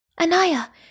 Anaya